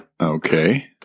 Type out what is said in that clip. Okay